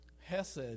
Hesed